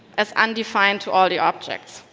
as undefined to all the objects.